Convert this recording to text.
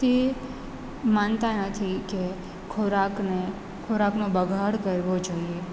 તે માનતા નથી કે ખોરાકને ખોરાકનો બગાડ કરવો જોઇએ